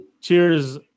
Cheers